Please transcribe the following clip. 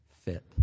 fit